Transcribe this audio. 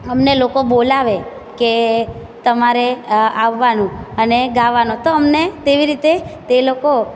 અમને લોકો બોલાવે કે તમારે આવવાનું અને ગાવાનું તો અમને તેવી રીતે તે લોકો